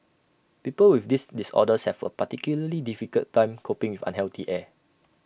people with these disorders have A particularly difficult time coping with unhealthy air